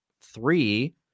three